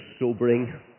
sobering